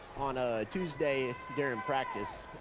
on tuesday during practice,